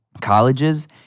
colleges